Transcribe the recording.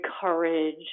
courage